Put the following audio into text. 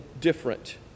different